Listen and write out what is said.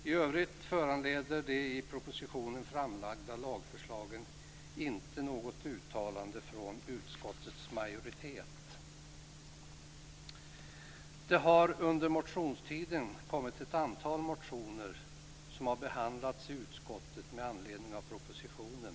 I övrigt föranleder de i propositionen framlagda lagförslagen inte något uttalande från utskottets majoritet. Det har under motionstiden kommit ett antal motioner som har behandlats i utskottet med anledning av propositionen.